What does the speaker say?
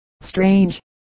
strange